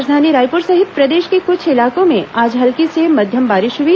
राजधानी रायपुर सहित प्रदेश के कुछ इलाकों में आज हल्की से मध्यम बारिश हुई